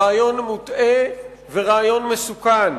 רעיון מוטעה ורעיון מסוכן.